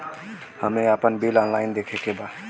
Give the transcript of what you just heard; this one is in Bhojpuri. हमे आपन बिल ऑनलाइन देखे के बा?